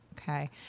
Okay